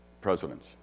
presidents